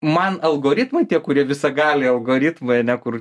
man algoritmai tie kurie visagaliai algoritmai ane kur